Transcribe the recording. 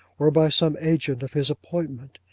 or by some agent of his appointment.